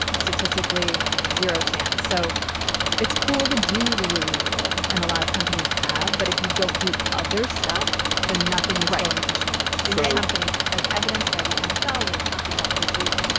statistically zero chance. so it's cool to do the rooney rule. and a lot of companies have. but if you don't do other stuff, then nothing is going to change in my company, as evidenced by the nfl we're talking about this week.